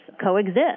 coexist